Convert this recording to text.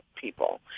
people